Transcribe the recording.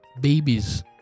babies